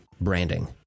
Branding